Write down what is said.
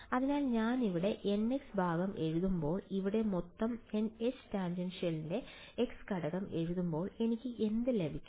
അതിനാൽ ഞാൻ ഇവിടെ nx ഭാഗം എഴുതുമ്പോൾ ഇവിടെ മൊത്തം Htan ന്റെ x ഘടകം എഴുതുമ്പോൾ എനിക്ക് എന്ത് ലഭിക്കും